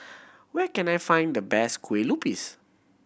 where can I find the best kue lupis